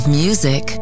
music